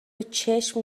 چشم